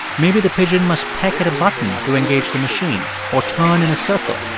maybe the pigeon must peck at a button to engage the machine or turn in a circle.